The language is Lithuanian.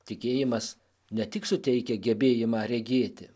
tikėjimas ne tik suteikia gebėjimą regėti